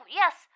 yes